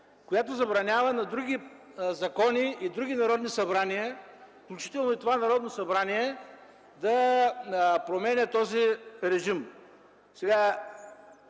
която забранява на други закони и други народни събрания, включително и това Народно събрание, да променят този режим.